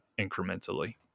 incrementally